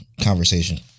conversation